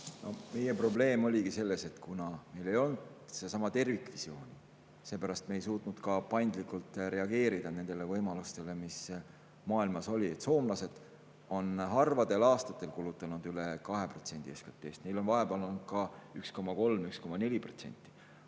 Meie probleem oligi selles, et kuna meil ei olnud seda tervikvisiooni, siis me ei suutnud ka paindlikult reageerida nendele võimalustele, mis maailmas olid. Soomlased on harvadel aastatel kulutanud üle 2%, nende kulutused on olnud ka 1,3–1,4%.